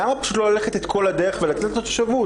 למה פשוט לא ללכת את כל הדרך ולתת את התושבות?